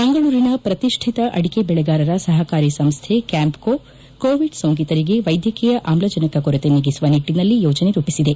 ಮಂಗಳೂರಿನ ಪ್ರತಿಷ್ಠಿತ ಅಡಿಕೆ ಬೆಳೆಗಾರರ ಸಹಕಾರಿ ಸಂಸ್ವೆ ಕ್ಯಾಂಪ್ಕೋ ಕೋವಿಡ್ ಸೋಂಕಿತರಿಗೆ ವೈದ್ಯಕೀಯ ಆಮ್ಲಜನಕ ಕೊರತೆ ನೀಗಿಸುವ ನಿಟ್ಟಿನಲ್ಲಿ ಯೋಜನೆ ರೂಪಿಸಿದೆ